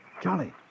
Charlie